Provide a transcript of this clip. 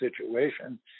situation